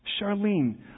Charlene